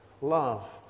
love